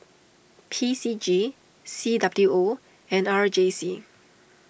P C G C W O and R J C